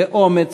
באומץ,